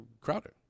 Crowder